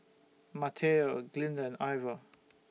Mateo Glinda and Ivor